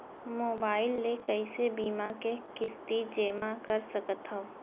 Mobile ले कइसे बीमा के किस्ती जेमा कर सकथव?